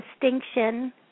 distinction